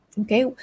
okay